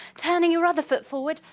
turning your other foot forward,